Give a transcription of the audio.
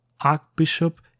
Archbishop